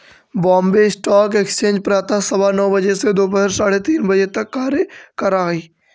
Bombay Stock Exchange प्रातः सवा नौ बजे से दोपहर साढ़े तीन तक कार्य करऽ हइ